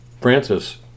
Francis